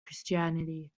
christianity